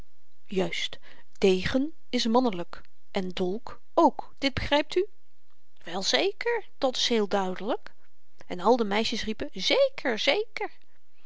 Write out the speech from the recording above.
juist degen is mannelyk en dolk ook dit begrypt u wel zeker dat s heel duidelyk en al de meisjes riepen zeker zeker